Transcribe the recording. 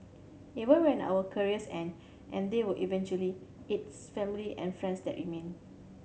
even when our careers end and they will eventually it's family and friends that remain